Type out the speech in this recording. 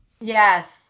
Yes